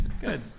Good